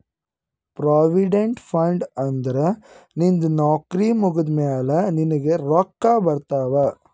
provident fund ಅಂದುರ್ ನಿಂದು ನೌಕರಿ ಮುಗ್ದಮ್ಯಾಲ ನಿನ್ನುಗ್ ರೊಕ್ಕಾ ಬರ್ತಾವ್